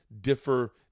differ